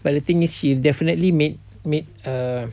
but the thing is she definitely made made err